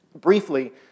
briefly